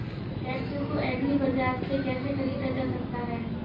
Tractor को agri bazaar से कैसे ख़रीदा जा सकता हैं?